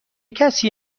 کسی